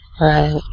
Right